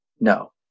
no